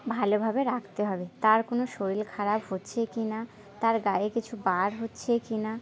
ভালোভাবে রাখতে হবে তার কোনো শরীর খারাপ হচ্ছে কি না তার গায়ে কিছু বার হচ্ছে কি না